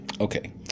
Okay